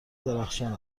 درخشان